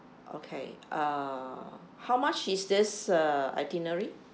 okay uh how much is this uh itinerary